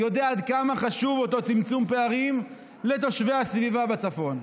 יודע עד כמה חשוב אותו צמצום פערים לתושבי הסביבה בצפון.